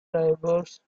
drivers